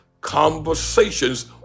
conversations